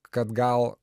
kad gal